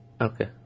Okay